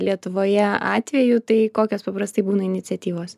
lietuvoje atvejų tai kokios paprastai būna iniciatyvos